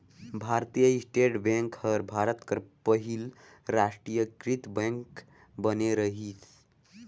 भारतीय state bank हर भारत कर पहिल रास्टीयकृत बेंक बने रहिस